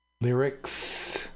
lyrics